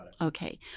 Okay